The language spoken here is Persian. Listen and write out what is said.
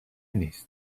نیست